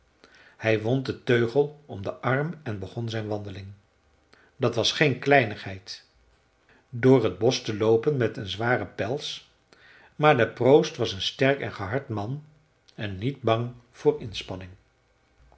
hij wond den teugel om den arm en begon zijn wandeling dat was geen kleinigheid door t bosch te loopen met een zwaren pels maar de proost was een sterk en gehard man en niet bang voor inspanning